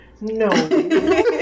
no